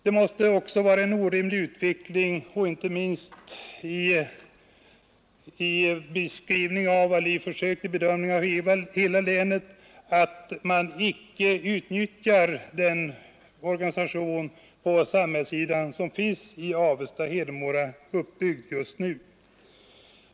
Det måste också vara en orimlig utveckling att inte ens i så centralt belägna områden som Avesta-Hedemora utnyttja den organisation på samhällssidan som nu finns uppbyggd.